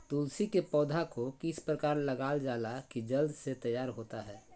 तुलसी के पौधा को किस प्रकार लगालजाला की जल्द से तैयार होता है?